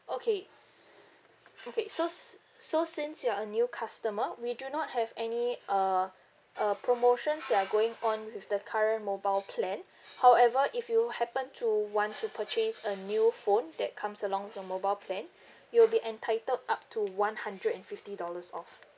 okay okay so s~ so since you're a new customer we do not have any uh uh promotion that're going on with the current mobile plan however if you happen to want to purchase a new phone that comes along with your mobile plan you'll be entitled up to one hundred and fifty dollars off